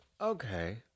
Okay